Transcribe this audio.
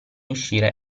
uscire